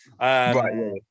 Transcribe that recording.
Right